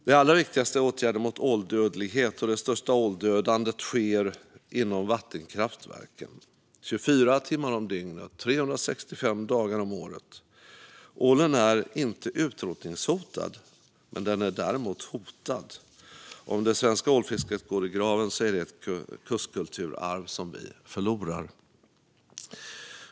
Det allra viktigaste är åtgärder mot åldödlighet. Det största åldödandet sker inom vattenkraftverken, 24 timmar om dygnet och 365 dagar om året. Ålen är inte utrotningshotad, men den är däremot hotad. Om det svenska ålfisket går i graven är det ett kustkulturarv som vi förlorar.